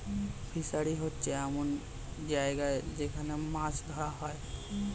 fishery হচ্ছে এমন জায়গা যেখান মাছ ধরা হয়